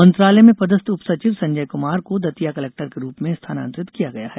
मंत्रालय में पदस्थ उप सचिव संजय कुमार को दतिया कलेक्टर के रूप में स्थानांतरित किया गया है